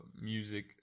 music